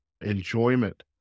enjoyment